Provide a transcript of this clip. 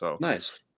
Nice